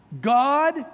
God